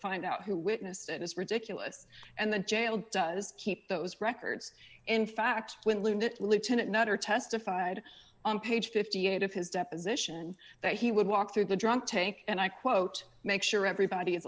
find out who witnessed it is ridiculous and the jail does keep those records in fact when wounded lieutenant nutter testified on page fifty eight of his deposition that he would walk through the drunk tank and i quote make sure everybody is